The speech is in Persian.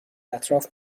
اطراف